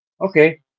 okay